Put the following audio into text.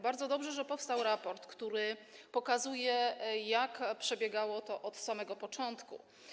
Bardzo dobrze, że powstał raport, który pokazuje, jak przebiegało to od samego początku.